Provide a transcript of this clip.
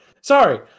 Sorry